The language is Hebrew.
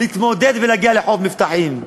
להתמודד ולהגיע לחוף מבטחים.